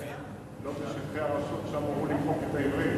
לא בשטחי הרשות, שם אמרו למחוק את העברית.